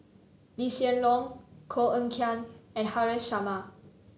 Lee Hsien Loong Koh Eng Kian and Haresh Sharma